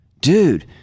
dude